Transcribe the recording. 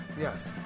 Yes